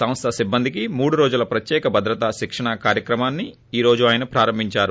సంస్థ సిబ్బందికి మూడు రోజుల ప్రత్యేక భద్రత శిక్షణా కార్యక్రమాన్సి ఈ రోజు ఆయన ప్రారంభించారు